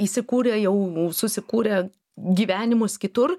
įsikūrė jau susikūrė gyvenimus kitur